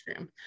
Instagram